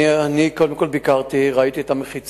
אני ביקרתי, ראיתי את המחיצה.